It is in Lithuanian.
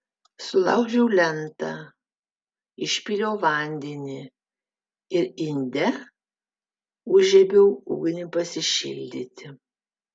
sulaužiau lentą išpyliau vandenį ir inde užžiebiau ugnį pasišildyti